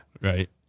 right